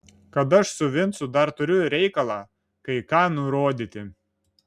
kad aš su vincu dar turiu reikalą kai ką nurodyti